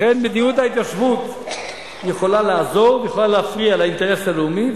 לכן מדיניות ההתיישבות יכולה לעזור ויכולה להפריע לאינטרס הלאומי,